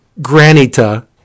granita